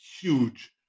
huge